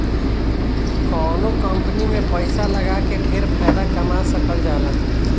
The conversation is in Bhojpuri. कवनो कंपनी में पैसा लगा के ढेर फायदा कमा सकल जाला